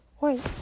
Wait